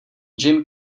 jim